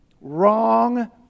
wrong